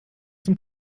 zum